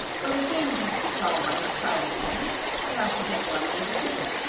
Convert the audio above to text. but a king can't be called by his private name he has to take one that is official.